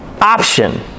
option